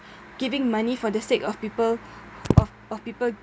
giving money for the sake of people of of people